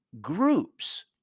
groups